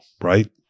right